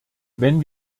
wenn